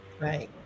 right